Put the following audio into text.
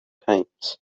times